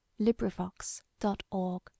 LibriVox.org